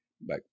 Bye